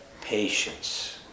patience